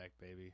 baby